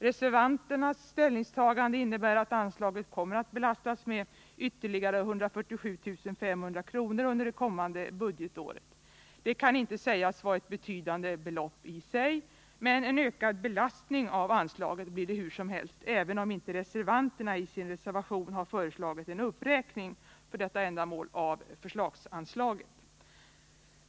Reservanternas förslag innebär att anslaget kommer att belastas med ytterligare 147 500 kr. under det kommande budgetåret. Det kan i och för sig inte sägas vara ett betydande belopp, men en ökad belastning av anslaget blir det hur som helst även om reservanterna inte har föreslagit en uppräkning av förslagsanslaget för detta ändamål.